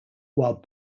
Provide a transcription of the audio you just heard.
while